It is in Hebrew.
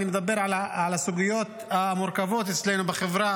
אני מדבר על הסוגיות המורכבות אצלנו בחברה,